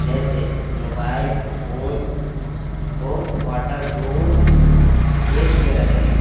جیسے mobile phone کو waterproof case میں رکھیں